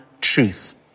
truth